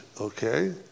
okay